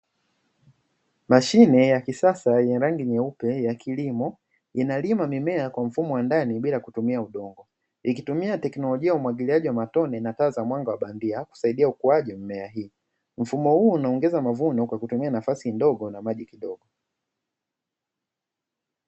Mashine ya kisasa yenye rangi nyeupe ya kilimo inalima mimea kwa mfumo wa ndani bila kutumia udongo ikitumia teknojia ya umwagiliaji wa matone na taa za mwanga wa bandia kusaidia ukuaji wa mimea hii. Mfumo huo unaongeza mavuno kwa kutumia nafasi ndogo na maji kidogo.